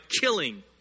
killing